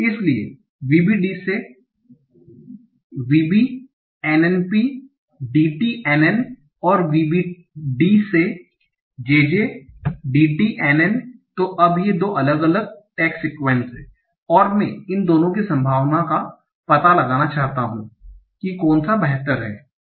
इसलिए VBD से VB NNP DT NN और VBD से JJ DT NN तो अब वे 2 अलग अलग टैग सीक्वन्स हैं और मैं इन दोनों की संभावना का पता लगाना चाहता हूं कि कौन सा बेहतर है